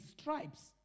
stripes